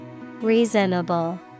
Reasonable